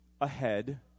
ahead